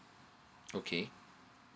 okay